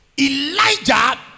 Elijah